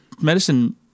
medicine